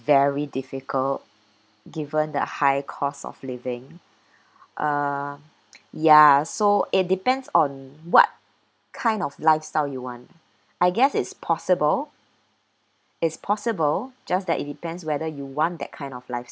very difficult given the high cost of living uh ya so it depends on what kind of lifestyle you want I guess it's possible it's possible just that it depends whether you want that kind of life~